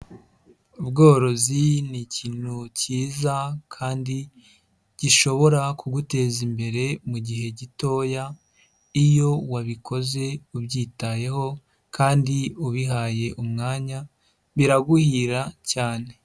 Ubworozi ni ikintu cyiza kandi gishobora kugutezambere mugihe gitoya, iyo wabikoze ubyitayeho kandi ubihaye umwanya biraguhira cyane.